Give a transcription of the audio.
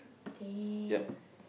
damn